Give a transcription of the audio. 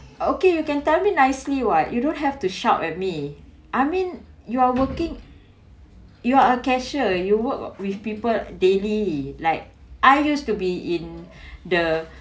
okay you can tell me nicely what you don't have to shout at me I mean you are working you are a cashier you work with people daily like I used to be in the